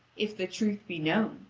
if the truth be known,